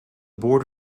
board